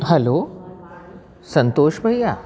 हलो संतोष भैया